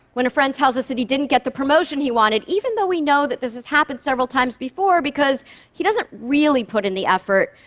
when a friend tells us that he didn't get the promotion he wanted, even though we know this has happened several times before because he doesn't really put in the effort,